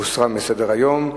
הוסרה מסדר-היום.